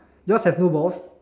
ya have no balls